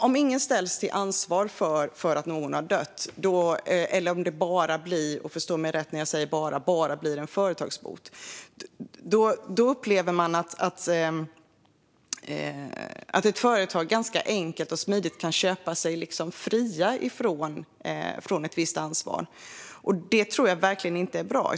Om ingen ställs till ansvar för att någon har dött, eller om det bara - och förstå mig rätt när jag säger "bara" - blir en företagsbot, blir upplevelsen att företag ganska enkelt och smidigt kan köpa sig fria från ett visst ansvar. Det tror jag verkligen inte är bra.